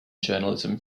journalism